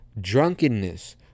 Drunkenness